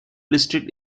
district